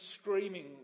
screaming